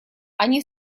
они